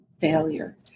failure